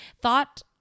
Thought